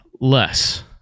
less